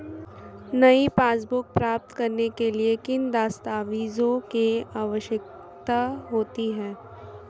नई पासबुक प्राप्त करने के लिए किन दस्तावेज़ों की आवश्यकता होती है?